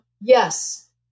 yes